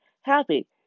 happy